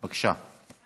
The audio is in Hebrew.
בבקשה.